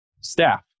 staff